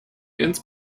ins